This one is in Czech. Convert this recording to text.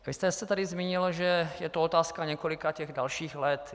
Vy jste se tady zmínil, že je to otázka několika dalších let.